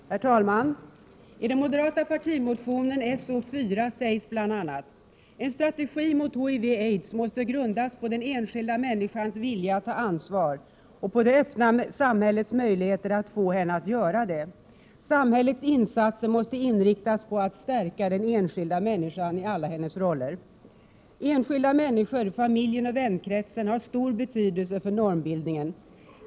Herr talman! I den moderata partimotionen So4 sägs bl.a.: ”En strategi mot HIV/AIDS måste grundas på den enskilda människans vilja att ta ansvar och på det öppna samhällets möjligheter att få henne att göra det. Samhällets insatser måste inriktas på att stärka den enskilda människan i alla hennes roller. Enskilda människor, familjen och vänkretsen har en stor betydelse för normbildningen.